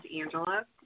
Angela